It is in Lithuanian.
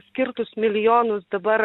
skirtus milijonus dabar